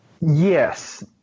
Yes